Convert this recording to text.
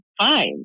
fine